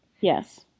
Yes